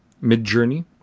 mid-journey